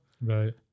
Right